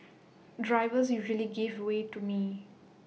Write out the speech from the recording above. drivers usually give way to me